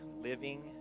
Living